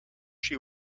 she